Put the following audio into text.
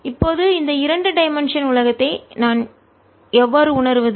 இப்போது இந்த இரண்டு டைமென்ஷன் இரு பரிமாண உலகத்தை நான் எவ்வாறு உணருவது